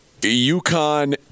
UConn